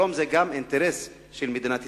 שלום זה גם אינטרס של מדינת ישראל,